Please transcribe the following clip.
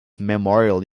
memorial